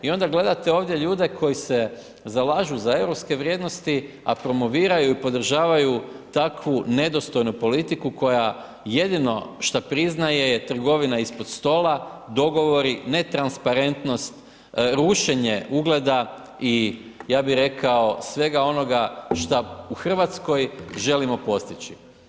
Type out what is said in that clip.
I onda gledate ovdje ljude koji se zalažu za europske vrijednosti, a promoviraju i podržavaju takvu nedostojnu politiku koja jedino šta priznaje je trgovina ispod stola, dogovori, netransparentnost, rušenje ugleda i ja bi rekao svega onoga šta u Hrvatskoj želimo postići.